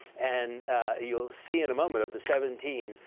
and you'll see in a moment of the seventeen,